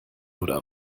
oder